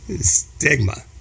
stigma